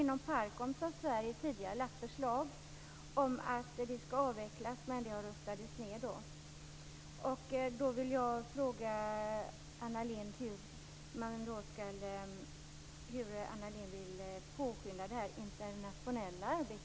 Inom PARCOM har Sverige tidigare lagt fram förslag om att de skall avvecklas, men det röstades ned.